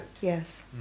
Yes